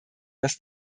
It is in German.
das